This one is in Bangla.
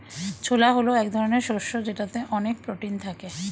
ছোলা হল এক ধরনের শস্য যেটাতে অনেক প্রোটিন থাকে